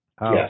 Yes